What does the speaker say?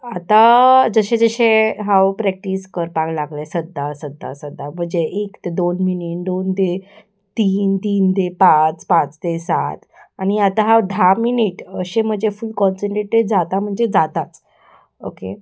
आतां जशें जशें हांव प्रॅक्टीस करपाक लागलें सद्दां सद्दां सद्दां म्हजें एक ते दोन मिनीट दोन ते तीन तीन ते पांच पांच ते सात आनी आतां हांव धा मिनीट अशें म्हजें फूल कॉन्सन्ट्रेटेड जाता म्हणजे जाताच ओके